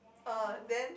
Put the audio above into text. uh then